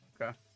Okay